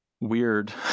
weird